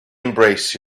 embrace